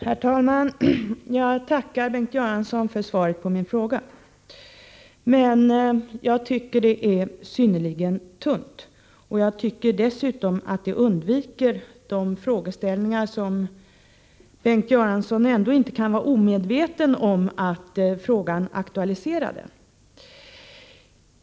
Herr talman! Jag tackar Bengt Göransson för svaret på min fråga, men jag tycker att svaret är synnerligen tunt. Dessutom tycker jag att Bengt " Göransson undviker de aktualiserade frågeställningarna, som Bengt Göransson ändå inte kan vara omedveten om.